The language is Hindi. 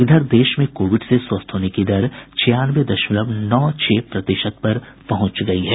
इधर देश में कोविड से स्वस्थ होने की दर छियानवे दशमलव नौ छह प्रतिशत पर पहुंच गयी है